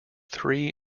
three